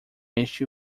este